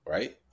Right